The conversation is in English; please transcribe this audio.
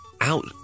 Out